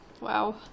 Wow